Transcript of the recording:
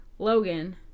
Logan